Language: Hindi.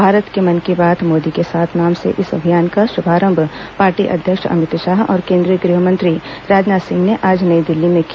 भारत के मन की बात मोदी के साथ नाम के इस अभियान का शुभारम्भ पार्टी अध्यक्ष अमित शाह और केन्द्रीय गृहमंत्री राजनाथ सिंह ने आज नई दिल्ली में किया